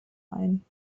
ein